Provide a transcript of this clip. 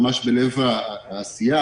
ממש בלב העשייה,